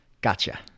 gotcha